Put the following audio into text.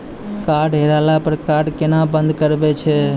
Card हेरैला पर card केना बंद करबै छै?